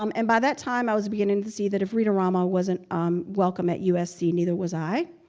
um and by that time, i was beginning to see that if read-a-rama wasn't um welcome at usc, neither was i.